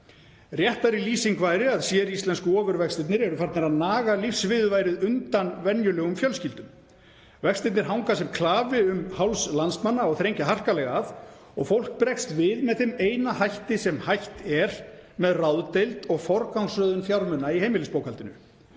Réttari lýsing væri að séríslensku okurvextirnir eru farnir að naga lífsviðurværið undan venjulegum fjölskyldum. Vextirnir hanga sem klafi um háls landsmanna og þrengja harkalega að og fólk bregst við með þeim eina hætti sem hægt er, með ráðdeild og forgangsröðun fjármuna í heimilisbókhaldinu